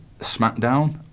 Smackdown